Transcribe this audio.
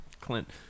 Clint